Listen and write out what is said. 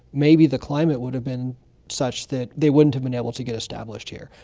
maybe the climate would have been such that they wouldn't have been able to get established here.